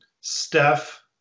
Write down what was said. Steph